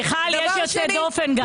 מיכל, יש יוצא דופן גם.